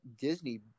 Disney